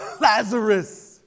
Lazarus